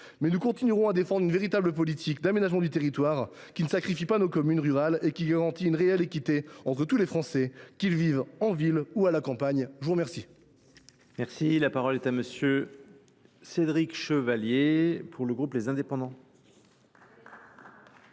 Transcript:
mais nous continuerons de défendre une véritable politique d’aménagement du territoire qui ne sacrifie pas nos communes rurales et qui garantisse une réelle équité entre tous les Français, qu’ils vivent en ville ou à la campagne. La parole est à M. Cédric Chevalier. Monsieur le président,